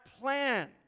plan